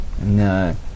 No